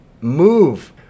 Move